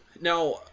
Now